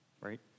right